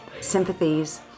sympathies